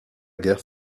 guerre